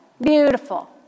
Beautiful